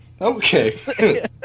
Okay